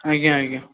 ଆଜ୍ଞା ଆଜ୍ଞା